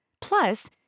Plus